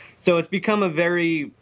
so it's become a very,